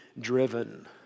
driven